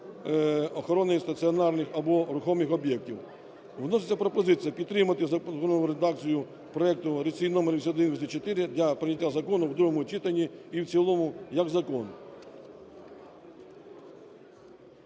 охорони стаціонарних або рухомих об'єктів. Вноситься пропозиція підтримати запропоновану редакцію проекту реєстраційний номер 8184 для прийняття закону у другому читанні і в цілому як закон.